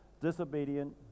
disobedient